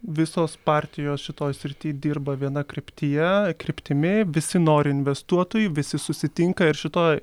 visos partijos šitoj srity dirba viena kryptyje kryptimi visi nori investuotojai visi susitinka ir šitoj